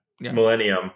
millennium